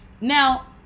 now